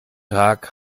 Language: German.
tag